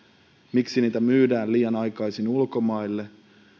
miksi niitä myydään liian aikaisin ulkomaille ja